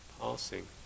passing